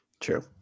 True